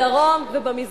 בדרום ובמזרח.